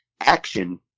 action